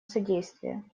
содействие